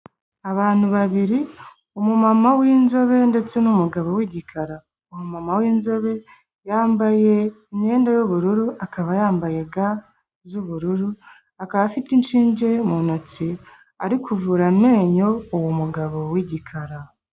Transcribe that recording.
Abantu babiri umumama w'inzobe ndetse n'umugabo w'igikara, umumama w'inzobe yambaye imyenda y'ubururu akaba yambaye ga z'ubururu, akaba afite inshinge mu ntoki ari kuvura amenyo uwo mugabo w'igikara.